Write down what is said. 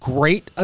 Great